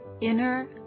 Inner